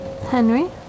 Henry